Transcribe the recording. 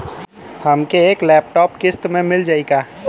हमके एक लैपटॉप किस्त मे मिल जाई का?